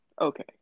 Okay